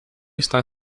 está